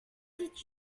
did